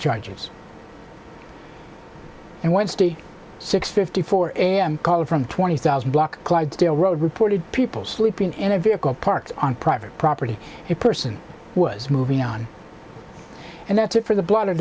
charges and wednesday six fifty four am called from twenty thousand block clydesdale road reported people sleeping in a vehicle parked on private property a person who was moving on and that's it for the b